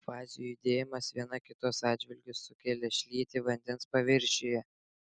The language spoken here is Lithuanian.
fazių judėjimas viena kitos atžvilgiu sukelia šlytį vandens paviršiuje